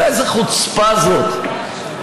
אבל איזו חוצפה זאת,